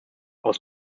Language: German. aus